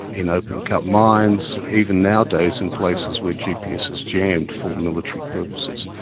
in open-cut mines, even nowadays in places where gps is jammed for military purposes.